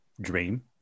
dream